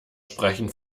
sprechen